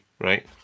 right